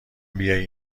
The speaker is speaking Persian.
بیایی